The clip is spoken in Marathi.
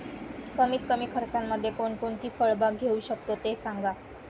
कमीत कमी खर्चामध्ये कोणकोणती फळबाग घेऊ शकतो ते सांगा